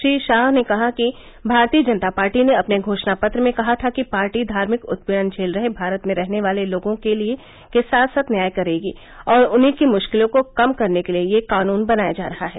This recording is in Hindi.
श्री शाह ने कहा कि भारतीय जनता पार्टी ने अपने घोषणापत्र में कहा था कि पार्टी धार्मिक उत्पीड़न झेल रहे भारत में रहने वाले लोगों के साथ न्याय करेगी और उन्हीं की मुश्किलों को कम करने के लिए यह कानून बनाया जा रहा है